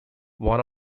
one